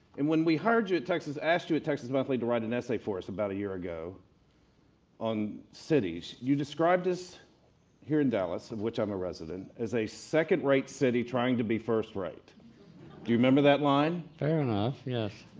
and when we hired you at texas, asked you at texas monthly to write an essay for us about a year ago on cities, you described us here in dallas of which i'm a resident, as a second rate city trying to be first rate. do you remember that line? mr. mcmurtry fair enough, yes.